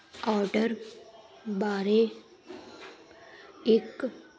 order ਬਾਰੇ ਇੱਕ